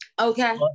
Okay